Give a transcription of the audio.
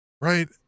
right